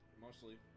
Mostly